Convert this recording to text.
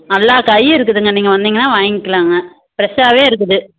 எல்லா காயும் இருக்குதுங்க நீங்கள் வந்தீங்கன்னா வாங்கிக்கலாங்க ஃப்ரெஷ்ஷாகவே இருக்குது